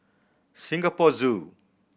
Singapore Zoo